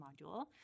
module